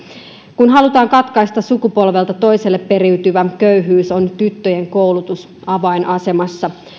kun halutaan katkaista sukupolvelta toiselle periytyvä köyhyys on tyttöjen koulutus avainasemassa